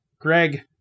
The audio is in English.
Greg